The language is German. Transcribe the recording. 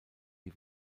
die